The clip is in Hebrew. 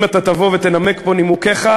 אם אתה תבוא ותנמק פה נימוקיך,